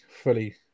fully